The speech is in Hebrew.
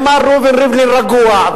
אם מר ראובן ריבלין רגוע,